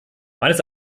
meines